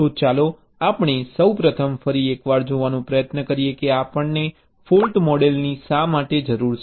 તો ચાલો આપણે સૌપ્રથમ ફરી એકવાર જોવાનો પ્રયત્ન કરીએ કે આપણને ફૉલ્ટ મોડેલની શા માટે જરૂર છે